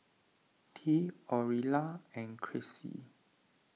Tea Aurilla and Chrissy